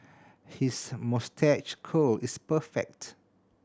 his moustache curl is perfect